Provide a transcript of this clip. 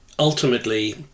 ultimately